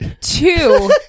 Two